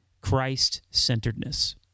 Christ-centeredness